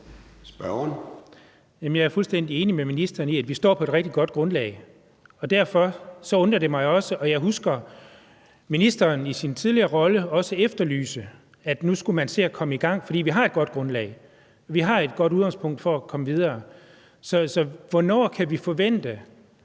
Jeg er fuldstændig enig med ministeren i, at vi står på et rigtig godt grundlag, og derfor undrer det mig også. Jeg husker, at ministeren i sin tidligere rolle også efterlyste, at man skulle se at komme i gang, fordi vi har et godt grundlag. Vi har et godt udgangspunkt for at komme videre. Så hvornår kan vi forvente,